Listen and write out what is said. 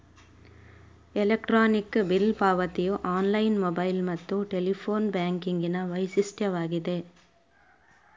electronic bill ಪಾವತಿಯು online, mobile ಮತ್ತು telephone ಬ್ಯಾಂಕಿಂಗಿನ ವೈಶಿಷ್ಟ್ಯವಾಗಿದೆ